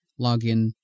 login